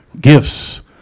gifts